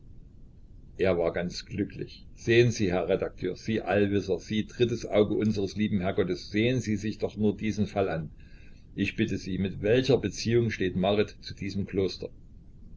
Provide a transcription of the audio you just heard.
er war ganz glücklich sehen sie herr redakteur sie allwisser sie drittes auge unsers lieben herrgotts sehen sie sich doch nur diesen fall an ich bitte sie in welcher beziehung steht marit zu diesem kloster